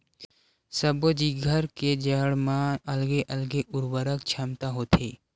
सब्बो जिगर के जड़ म अलगे अलगे उरवरक छमता होथे